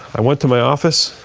i went to my office.